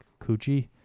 coochie